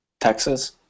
Texas